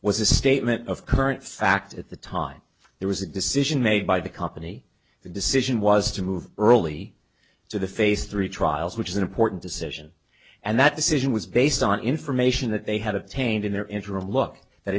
a statement of current fact at the time there was a decision made by the company the decision was to move early to the face three trials which is an important decision and that decision was based on information that they had obtained in their interim look